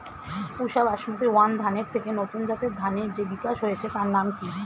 পুসা Basmati one ধানের থেকে নতুন জাতের ধানের যে বিকাশ হয়েছে তার নাম কি?